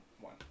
one